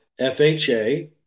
FHA